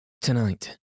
Tonight